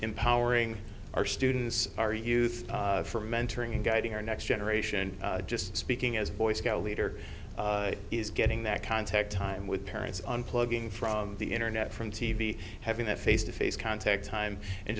empowering our students our youth for mentoring and guiding our next generation just speaking as a boy scout leader is getting that contact time with parents unplugging from the internet from t v having that face to face contact time and